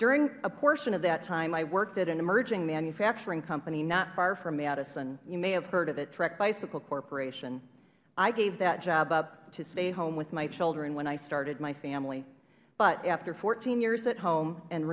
during a portion of that time i worked at an emerging manufacturing company not far from madison you may have heard of it trek bicycle corporation i gave that job up to stay home with my children when i started my family but after fourteen years at home and